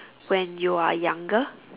when you are younger